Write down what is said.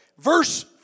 verse